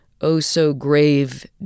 oh-so-grave